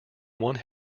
one